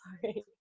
sorry